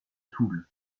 toul